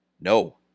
No